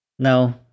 No